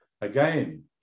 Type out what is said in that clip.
Again